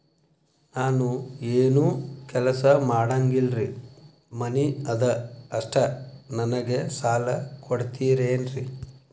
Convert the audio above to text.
ನಾನು ಏನು ಕೆಲಸ ಮಾಡಂಗಿಲ್ರಿ ಮನಿ ಅದ ಅಷ್ಟ ನನಗೆ ಸಾಲ ಕೊಡ್ತಿರೇನ್ರಿ?